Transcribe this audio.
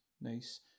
nice